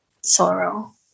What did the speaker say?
sorrow